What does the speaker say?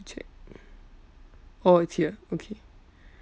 check oh it's here okay